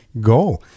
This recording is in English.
go